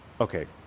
Okay